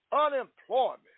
unemployment